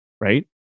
right